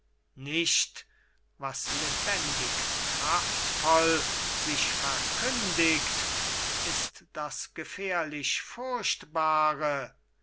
nicht was lebendig kraftvoll sich verkündigt ist das gefährlich furchtbare